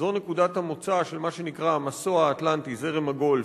זו נקודת המוצא של מה שנקרא "המסוע האטלנטי" זרם הגולף,